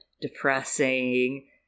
depressing